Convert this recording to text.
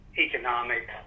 economic